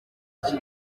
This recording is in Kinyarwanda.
iki